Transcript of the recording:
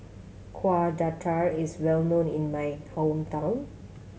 Kueh Dadar is well known in my hometown